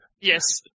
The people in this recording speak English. Yes